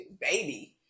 baby